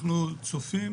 אנחנו צופים